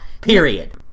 period